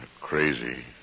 crazy